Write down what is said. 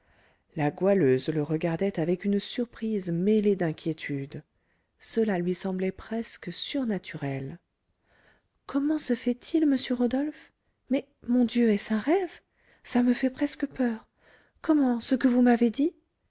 la goualeuse le regardait avec une surprise mêlée d'inquiétude cela lui semblait presque surnaturel comment se fait-il monsieur rodolphe mais mon dieu est-ce un rêve ça me fait presque peur comment ce que vous m'avez dit